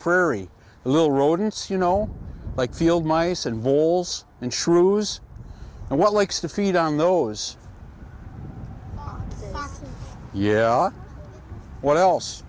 prairie little rodents you know like field mice and voles and shrews and what likes to feed on those yeah what else